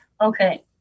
Okay